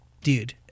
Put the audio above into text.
dude